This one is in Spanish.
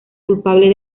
culpable